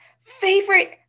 favorite